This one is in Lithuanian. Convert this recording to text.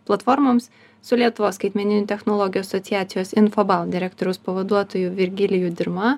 platformoms su lietuvos skaitmeninių technologijų asociacijos infobalt direktoriaus pavaduotoju virgiliju dirma